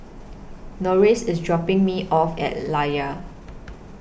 Norris IS dropping Me off At Layar